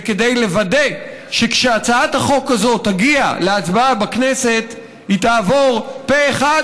וכדי לוודא כשהצעת החוק הזאת תגיע להצבעה בכנסת היא תעבור פה אחד,